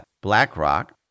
BlackRock